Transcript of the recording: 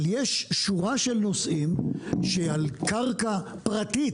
אבל יש שורה של נושאים שהיא על קרקע פרטית,